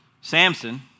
Samson